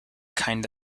kind